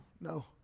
no